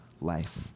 life